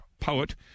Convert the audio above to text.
Poet